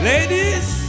Ladies